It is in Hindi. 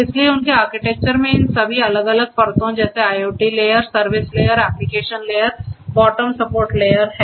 इसलिए उनके आर्किटेक्चर में इन सभी अलग अलग परतों जैसे IoT layer service layer application layer bottom support layer है